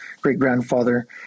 great-grandfather